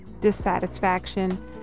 dissatisfaction